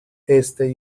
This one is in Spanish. este